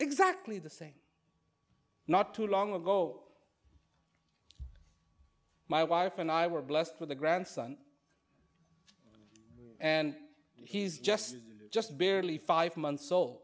exactly the same not too long ago my wife and i were blessed with a grandson and he's just just barely five months old